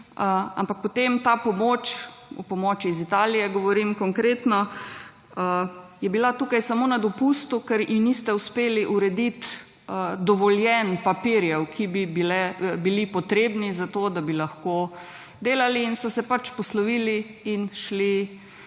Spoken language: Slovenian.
ampak potem ta pomoč, o pomoči iz Italije govorim konkretno, je bila tukaj samo na dopustu, ker ji niste uspeli urediti dovoljenj, papirjev, ki bi bili potrebno zato, da bi lahko delali in so se pač poslovili in šli